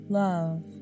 love